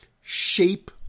shape